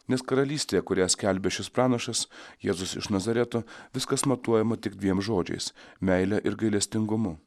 nes karalystėje kurią skelbia šis pranašas jėzus iš nazareto viskas matuojama tik dviem žodžiais meile ir gailestingumu